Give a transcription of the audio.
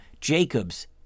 Jacobs